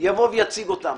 יבוא ויציג אותן.